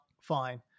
fine